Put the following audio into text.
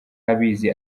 abizi